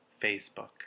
Facebook